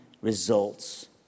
results